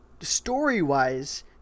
story-wise